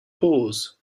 pose